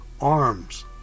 Arms